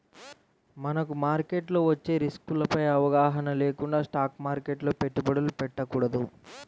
మనకు మార్కెట్లో వచ్చే రిస్కులపై అవగాహన లేకుండా స్టాక్ మార్కెట్లో పెట్టుబడులు పెట్టకూడదు